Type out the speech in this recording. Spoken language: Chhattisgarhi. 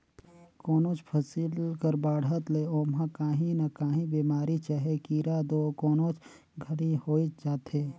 कोनोच फसिल कर बाढ़त ले ओमहा काही न काही बेमारी चहे कीरा दो कोनोच घनी होइच जाथे